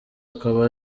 akaba